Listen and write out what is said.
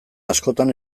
askotan